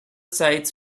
sites